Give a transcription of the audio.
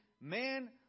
Man